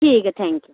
ٹھیک ہے thank you